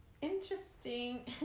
Interesting